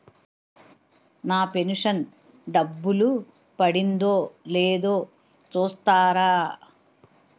నా pension డబ్బులు పడిందో లేదో చూస్తారా?